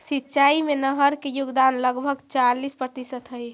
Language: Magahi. सिंचाई में नहर के योगदान लगभग चालीस प्रतिशत हई